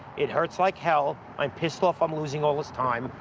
it hurts like hell, i'm pissed off i'm losing all this time,